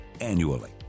annually